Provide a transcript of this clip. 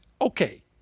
okay